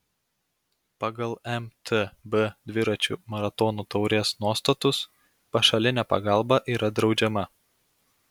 pagal mtb dviračių maratonų taurės nuostatus pašalinė pagalba yra draudžiama